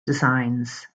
designs